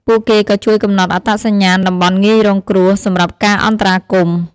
ពួកគេក៏ជួយកំណត់អត្តសញ្ញាណតំបន់ងាយរងគ្រោះ សម្រាប់ការអន្តរាគមន៍។